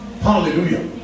Hallelujah